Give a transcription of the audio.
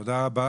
תודה רבה.